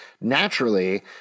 naturally